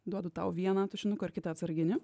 duodu tau vieną tušinuką ir kitą atsarginį